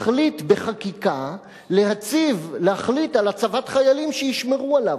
להחליט בחקיקה על הצבת חיילים שישמרו עליו?